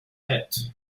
hit